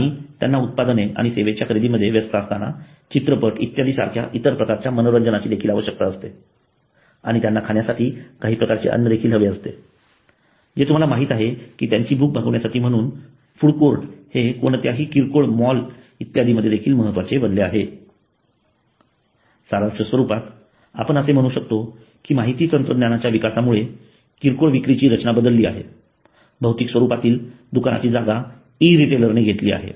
आणि त्यांना उत्पादने आणि सेवांच्या खरेदीमध्ये व्यस्त असताना चित्रपट इत्यादीसारख्या इतर प्रकारच्या मनोरंजनाची देखील आवश्यकता असते किंवा त्यांना खाण्यासाठी काही प्रकारचे अन्न देखील हवे असते जे तुम्हाला माहीत आहे की त्यांची भूक भागविण्यासाठी म्हणून फूड कोर्ट हे कोणत्याही किरकोळ मॉल इत्यादीमध्ये देखील महत्त्वाचे बनले आहेत सारांश स्वरूपात आपण असे म्हणू शकतो कि माहिती तंत्रज्ञानाच्या विकासामुळे किरकोळ विक्रीची रचना बदलली आहे भौतिक स्वरूपातील दुकानांची जागा ई रिटेलरने घेतली आहे